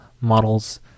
models